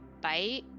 bite